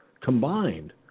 combined